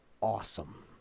awesome